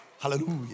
Hallelujah